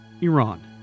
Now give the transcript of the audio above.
Iran